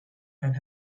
and